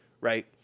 right